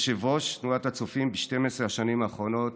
יושב-ראש תנועת הצופים ב-12 השנים האחרונות